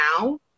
now